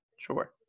sure